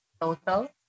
total